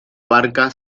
barca